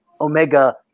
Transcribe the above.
omega